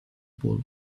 pool